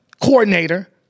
coordinator